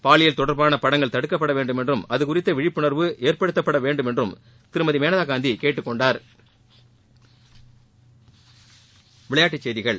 பாலியல் தொடர்பான படங்கள் தடுக்கப்படவேண்டும் என்றும் அதுகுறித்து விழிப்புணர்வு ஏற்படுத்தப்படவேண்டும் என்றும் திருமதி மேனகாகாந்தி கேட்டுக்கொண்டாா்